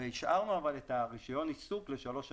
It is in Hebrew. השארנו את רישיון העיסוק לשלוש שנים.